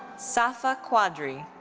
safa quadri.